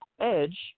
Edge